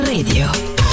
Radio